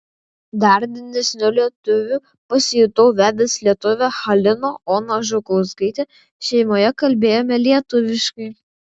dar didesniu lietuviu pasijutau vedęs lietuvę haliną oną žukauskaitę šeimoje kalbėjome lietuviškai